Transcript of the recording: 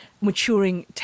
maturing